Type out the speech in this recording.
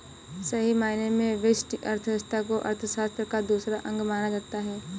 सही मायने में व्यष्टि अर्थशास्त्र को अर्थशास्त्र का दूसरा अंग माना जाता है